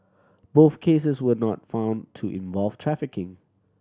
both cases were not found to involve trafficking